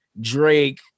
Drake